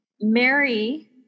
Mary